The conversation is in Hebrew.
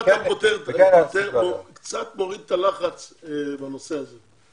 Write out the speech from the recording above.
איך אתה פותר וקצת מוריד את הלחץ בנושא הזה?